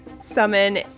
summon